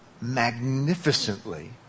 magnificently